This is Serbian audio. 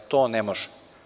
To ne može.